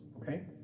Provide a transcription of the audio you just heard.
okay